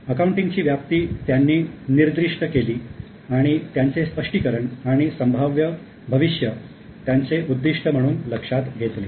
अकाउंटिंगची व्याप्ती त्यांनी निर्दिष्ट केली आणि त्याचे स्पष्टीकरण आणि संभाव्य भविष्य त्याचे उद्दिष्ट म्हणून लक्षात घेतले